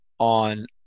on